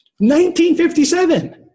1957